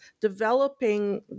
developing